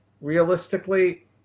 realistically